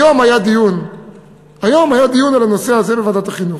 היום היה דיון על הנושא הזה בוועדת החינוך.